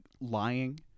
Lying